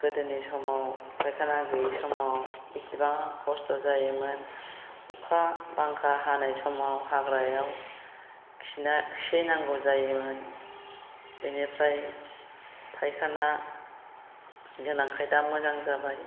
गोदोनि समाव फाइखाना गैयि समाव बेसेबां खस्थ' जायोमोन अखा बांखा हानाय समाव हाग्रायाव खिहैनांगौ जायोमोन बेनिफ्राय फाइखाना गोनांखाय दा मोजां जाबाय